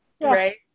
right